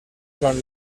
són